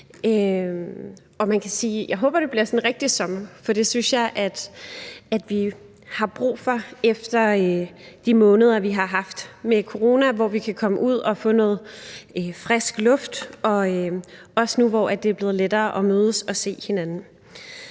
jeg håber, det bliver rigtig sommer, for det synes jeg at vi har brug for efter de måneder, vi har haft, med coronaen – at vi kan komme ud og få noget frisk luft, også nu, hvor det er blevet lettere at mødes og se hinanden.